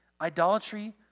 Idolatry